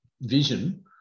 vision